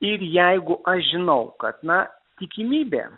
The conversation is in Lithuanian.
ir jeigu aš žinau kad na tikimybė